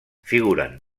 figuren